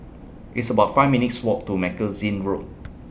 It's about five minutes' Walk to Magazine Road